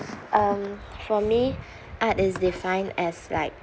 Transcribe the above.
um for me art is defined as like